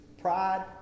Pride